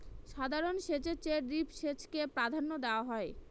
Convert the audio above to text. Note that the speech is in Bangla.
সাধারণ সেচের চেয়ে ড্রিপ সেচকে প্রাধান্য দেওয়া হয়